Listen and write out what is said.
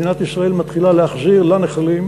מדינת ישראל מתחילה להחזיר לנחלים,